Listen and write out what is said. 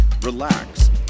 relax